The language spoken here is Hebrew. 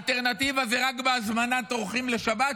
אלטרנטיבה זה רק בהזמנת אורחים לשבת,